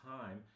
time